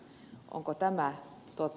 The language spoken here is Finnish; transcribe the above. onko tämä totta